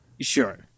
Sure